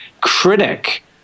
critic